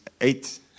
eight